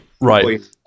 Right